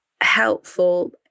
helpful